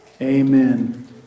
Amen